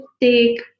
take